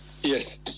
Yes